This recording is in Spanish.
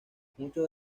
muchos